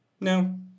no